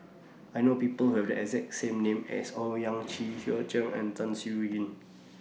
I know People Have The exact same name as Owyang Chi Hua Chai Yong and Tan Siew Yin